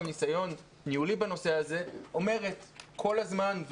ניסיון ניהולי בנושא הזה אומרת כל הזמן,